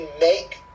make